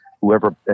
whoever